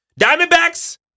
Diamondbacks